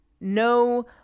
no